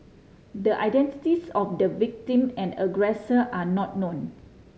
the identities of the victim and aggressor are not known